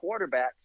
quarterbacks